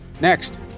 Next